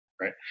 right